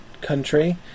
country